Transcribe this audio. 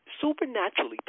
supernaturally